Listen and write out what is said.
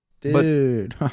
Dude